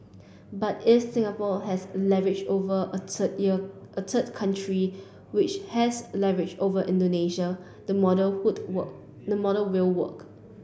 but if Singapore has leverage over a third year a third country which has leverage over Indonesia the model would work the model will work